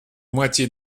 moitié